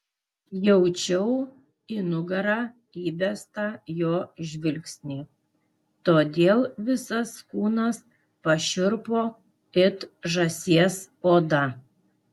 jaučiau į nugarą įbestą jo žvilgsnį todėl visas kūnas pašiurpo it žąsies oda